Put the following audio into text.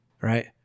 right